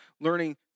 learning